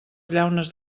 llaunes